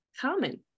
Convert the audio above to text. common